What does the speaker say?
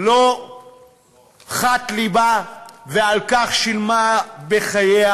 לא חת לבה, ועל כך שילמה בחייה.